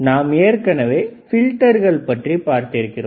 நாம் ஏற்கனவே பில்டர்கள் பற்றி பார்த்திருக்கிறோம்